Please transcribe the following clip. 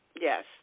yes